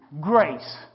grace